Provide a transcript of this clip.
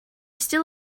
still